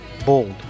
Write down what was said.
bold